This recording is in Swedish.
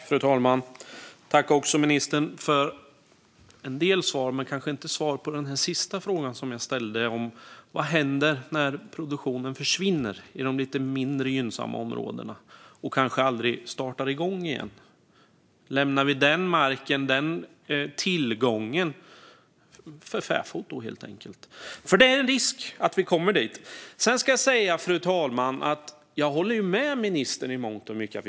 Fru talman! Tack, ministern, för en del svar! Men jag fick kanske inte svar på den sista frågan jag ställde om vad som händer när produktionen försvinner i de lite mindre gynnsamma områdena och kanske aldrig startar igen. Lämnar vi då den marken, den tillgången, för fäfot, helt enkelt? Det finns nämligen en risk att vi kommer dit. Sedan, fru talman, håller jag med ministern i mångt och mycket.